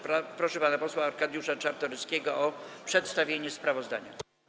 Proszę pana posła Arkadiusza Czartoryskiego o przedstawienie sprawozdania.